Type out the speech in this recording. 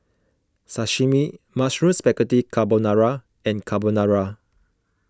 Sashimi Mushroom Spaghetti Carbonara and Carbonara